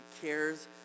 cares